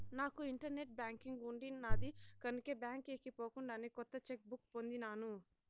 నాకు internet banking ఉండిన్నాది కనుకే బాంకీకి పోకుండానే కొత్త చెక్ బుక్ పొందినాను